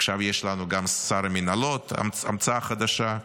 עכשיו יש לנו גם שר המינהלות, המצאה חדשה.